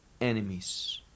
enemies